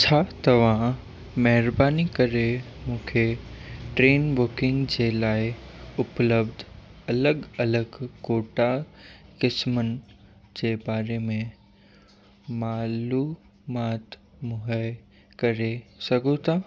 छा तव्हां महिरबानी करे मूंखे ट्रेन बुकिंग जे लाइ उपलब्ध अलॻि अलॻि कोटा क़िस्मनि जे बारे में मालूमाति मुहाए करे सघूं था